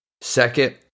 Second